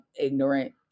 ignorant